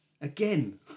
again